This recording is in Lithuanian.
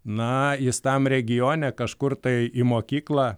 na jis tam regione kažkur tai į mokyklą